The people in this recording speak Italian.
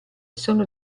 sono